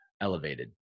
elevated